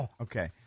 Okay